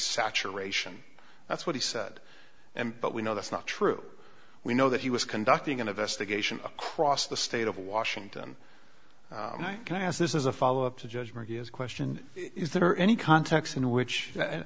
saturation that's what he said and but we know that's not true we know that he was conducting an investigation across the state of washington and i asked this is a follow up to judge murphy is question is there any context in which